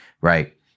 right